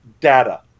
data